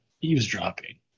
eavesdropping